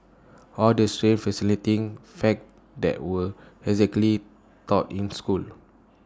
all the strange fascinating facts that were exactly taught in school